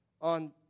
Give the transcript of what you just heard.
on